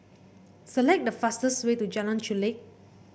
select the fastest way to Jalan Chulek